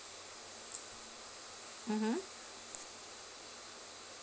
mmhmm